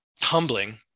humbling